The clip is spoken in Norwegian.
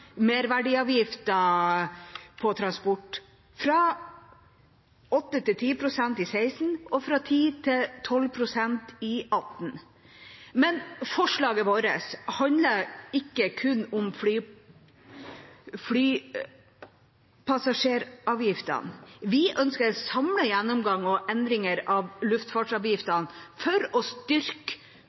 merverdiavgiften på transport, fra 8 pst. til 10 pst. i 2016, og fra 10 pst. til 12 pst. i 2018. Forslaget vårt handler ikke kun om flypassasjeravgiften. Vi ønsker en samlet gjennomgang og endringer av luftfartsavgiften for å styrke